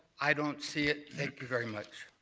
i don't see it. thank you very much.